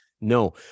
No